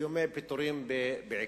באיומי פיטורים בעיקר,